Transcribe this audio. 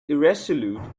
irresolute